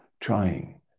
trying